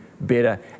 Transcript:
better